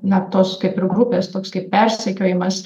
na tos kaip ir grupės toks kaip persekiojimas